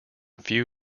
few